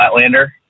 flatlander